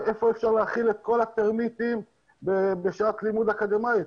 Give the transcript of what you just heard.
איפה אפשר להכיל את כל הטרמיטים בשעת לימוד אקדמית?